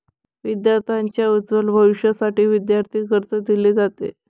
विद्यार्थांच्या उज्ज्वल भविष्यासाठी विद्यार्थी कर्ज दिले जाते